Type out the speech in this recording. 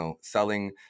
selling